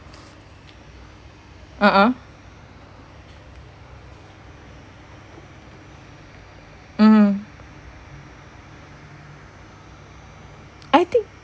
a'ah mmhmm I think